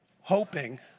hoping